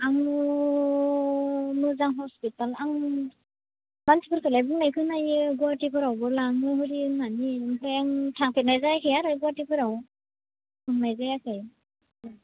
आङो मोजां हस्पिटाल आं मानसिफोरखोलाय बुंनाय खोनायो गुवाहाटिफोरावबो लाङो होयो होननानै ओमफ्राय थांफेरनाय जायाखै आरो गुवाहाटिफोराव थांनाय जायाखै